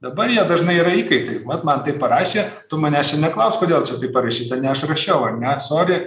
dabar jie dažnai yra įkaitai vat man taip parašė tu manęs čia neklausk kodėl čia taip parašyta ne aš rašiau ar ne sori